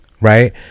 right